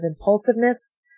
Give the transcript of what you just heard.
impulsiveness